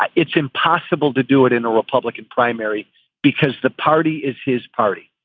ah it's impossible to do it in a republican primary because the party is his party.